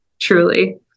truly